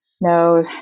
no